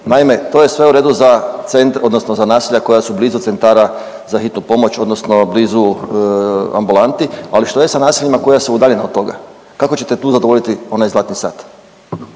Naime, to je sve u redu za centre odnosno za naselja koja su blizu centara za hitnu pomoć odnosno blizu ambulanti, ali što je sa naseljima koja su udaljena od toga. Kako ćete tu zadovoljiti onaj zlatni sat?